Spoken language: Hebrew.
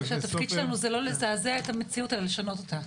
רק שהתפקיד שלנו זה לא לזעזע את המציאות אלא לשנות אותה.